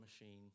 machine